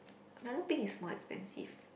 milo peng is more expensive